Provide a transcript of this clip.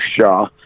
Shaw